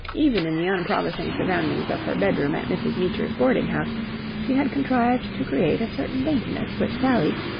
even in the unpromising surroundings of her bedroom at mrs. meecher's boarding-house she had contrived to create a certain daintiness which sally,